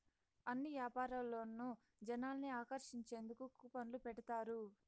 అన్ని యాపారాల్లోనూ జనాల్ని ఆకర్షించేందుకు కూపన్లు పెడతారు